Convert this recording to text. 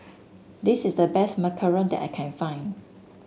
this is the best Macaron that I can find